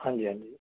ਹਾਂਜੀ ਹਾਂਜੀ